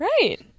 Right